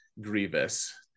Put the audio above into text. grievous